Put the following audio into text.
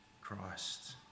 Christ